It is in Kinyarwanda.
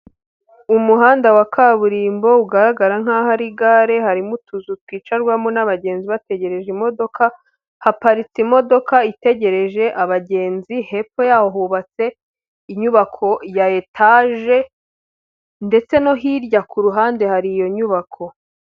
Umuhanda wa kaburimbo ugaragara nkaho ari gare, harimo utuzu twicarwamo n'abagenzi bategereje imodoka, haparitse imodoka itegereje abagenzi, hepfo yaho hubatse inyubako ya etaje ndetse no hirya ku ruhande hari iyo nyubako.